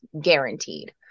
guaranteed